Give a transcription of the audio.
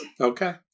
Okay